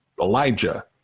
Elijah